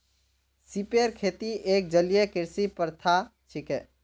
सिपेर खेती एक जलीय कृषि प्रथा छिके